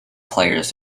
players